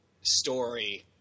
story